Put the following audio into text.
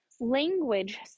language